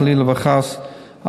חלילה וחס,